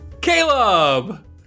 Caleb